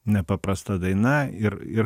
nepaprasta daina ir ir